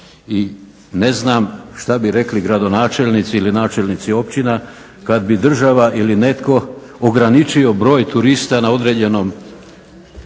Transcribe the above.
i ne znam šta bi rekli gradonačelnici ili načelnici općina kad bi država ili netko ograničio broj turista na određenoj